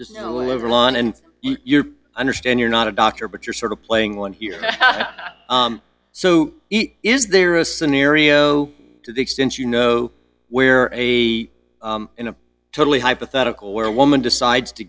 law and you're understand you're not a doctor but you're sort of playing one here so is there a scenario to the extent you know where a in a totally hypothetical where a woman decides to